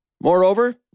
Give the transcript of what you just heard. Moreover